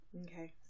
Okay